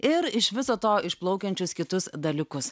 ir iš viso to išplaukiančius kitus dalykus